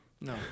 no